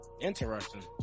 Interesting